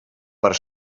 per